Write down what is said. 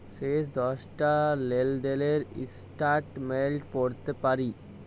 শেষ যে দশটা লেলদেলের ইস্ট্যাটমেল্ট প্যাইতে পারি